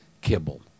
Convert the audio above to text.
kibble